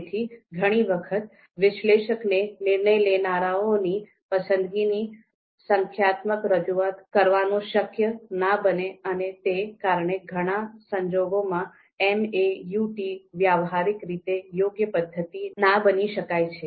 તેથી ઘણી વખત વિશ્લેષકને નિર્ણય લેનારાઓની પસંદગીની સંખ્યાત્મક રજૂઆત કરવાનું શક્ય ન બને અને તે કારણે ઘણા સંજોગોમાં MAUT વ્યવહારિક રીતે યોગ્ય પદ્ધતિ ના બની શકાય છે